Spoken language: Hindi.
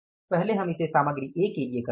पहले हम इसे सामग्री A के लिए करते हैं